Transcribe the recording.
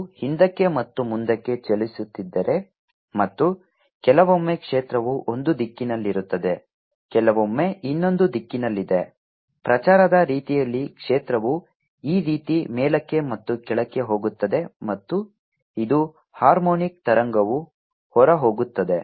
ಅದು ಹಿಂದಕ್ಕೆ ಮತ್ತು ಮುಂದಕ್ಕೆ ಚಲಿಸುತ್ತಿದ್ದರೆ ಮತ್ತು ಕೆಲವೊಮ್ಮೆ ಕ್ಷೇತ್ರವು ಒಂದು ದಿಕ್ಕಿನಲ್ಲಿರುತ್ತದೆ ಕೆಲವೊಮ್ಮೆ ಇನ್ನೊಂದು ದಿಕ್ಕಿನಲ್ಲಿದೆ ಪ್ರಚಾರದ ರೀತಿಯಲ್ಲಿ ಕ್ಷೇತ್ರವು ಈ ರೀತಿ ಮೇಲಕ್ಕೆ ಮತ್ತು ಕೆಳಕ್ಕೆ ಹೋಗುತ್ತದೆ ಮತ್ತು ಇದು ಹಾರ್ಮೋನಿಕ್ ತರಂಗವು ಹೊರಹೋಗುತ್ತದೆ